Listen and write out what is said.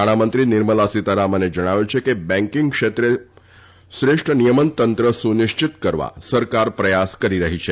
નાણામંત્રી નિર્મલા સીતારામને જણાવ્યું છે કે બેંકીંગ ક્ષેત્રે માટે શ્રેષ્ઠ નિયમન તંત્ર સુનિશ્ચિત કરવા સરકાર પ્રયાસ કરી રહી છે